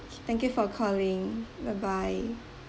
thank you for calling bye bye